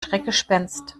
schreckgespenst